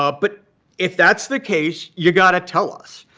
ah but if that's the case, you've got to tell us.